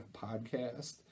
podcast